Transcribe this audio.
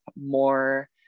more